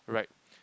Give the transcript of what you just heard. right